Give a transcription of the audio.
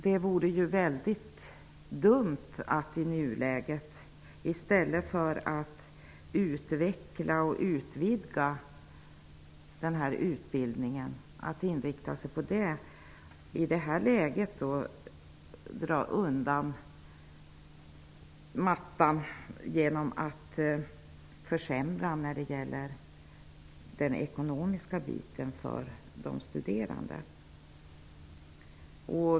Det vore väldigt dumt att i nuläget, i stället för att utveckla och utvidga den här utbildningen, dra undan mattan genom att försämra ekonomin för de studerande.